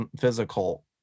physical